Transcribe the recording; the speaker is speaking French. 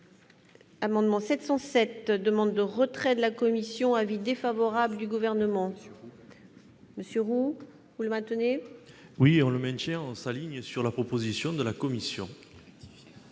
Amendement 700 cette demande de retrait de la commission avis défavorable du Gouvernement. Monsieur, vous le maintenez. Oui, on le maintient en s'aligne sur la proposition de la Commission.